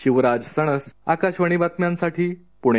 शिवराज सणस आकाशवाणी बातम्यांसाठी पुणे